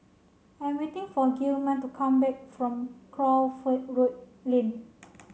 I am waiting for Gilman to come back from Crawford Road Lane